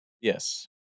Yes